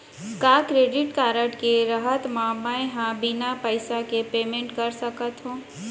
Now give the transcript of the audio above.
का credit card के रहत म, मैं ह बिना पइसा के पेमेंट कर सकत हो?